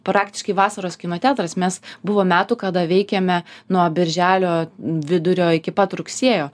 praktiškai vasaros kino teatras mes buvo metų kada veikėme nuo birželio vidurio iki pat rugsėjo